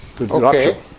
Okay